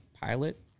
pilot